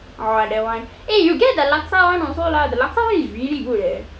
orh that [one] eh you get the laksa [one] also lah the laksa [one] is really good eh